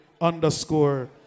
underscore